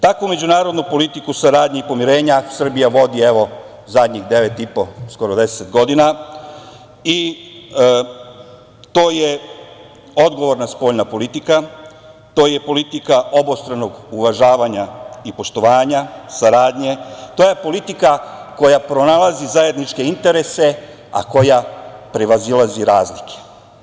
Takvu međunarodnu politiku saradnje i pomirenja Srbija vodi, evo, poslednjih 10 godina i to je odgovorna spoljna politika, to je politika obostranog uvažavanja i poštovanja, saradnje, to je politika koja pronalazi zajedničke interese, a koja prevazilazi razlike.